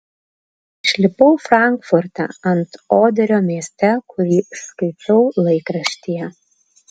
išlipau frankfurte ant oderio mieste kurį išskaičiau laikraštyje